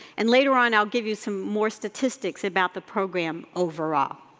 and later on i'll give you some more statistics about the program overall.